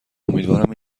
امیدوارم